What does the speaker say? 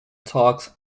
talks